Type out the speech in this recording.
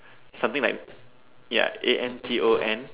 something like ya A N T O